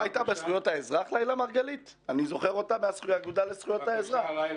אני זוכר אותה מהאגודה לזכויות האזרח.